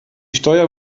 steuer